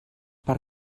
per